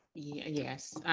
yes.